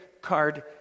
card